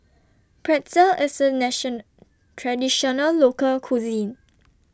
Pretzel IS A Nation Traditional Local Cuisine